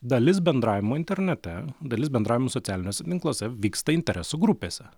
dalis bendravimo internete dalis bendravimo socialiniuose tinkluose vyksta interesų grupėse